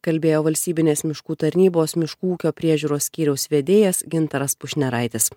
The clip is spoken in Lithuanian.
kalbėjo valstybinės miškų tarnybos miškų ūkio priežiūros skyriaus vedėjas gintaras pušneraitis